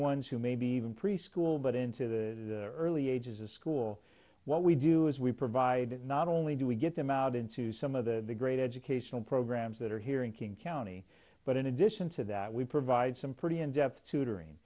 ones who maybe even preschool but into the early ages of school what we do is we provide not only do we get them out into some of the great educational programs that are here in king county but in addition to that we provide some pretty in depth tutoring